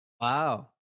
wow